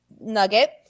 nugget